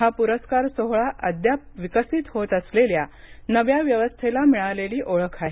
हा पुरस्कार सोहोळा अद्याप विकसित होत असलेल्या नव्या व्यवस्थेला मिळालेली ओळख आहे